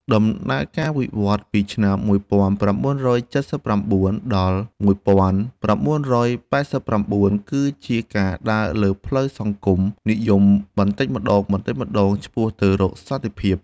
ដំណើរការវិវត្តពីឆ្នាំ ១៩៧៩ ដល់ ១៩៨៩ គឺជាការដើរលើផ្លូវសង្គមនិយមបន្តិចម្តងៗឆ្ពោះទៅរកសន្តិភាព។